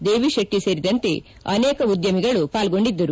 ದೇವಿಶೆಟ್ಟಿ ಸೇರಿದಂತೆ ಅನೇಕ ಉದ್ಯಮಿಗಳು ಪಾಲ್ಗೊಂಡಿದ್ದರು